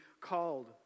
called